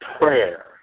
prayer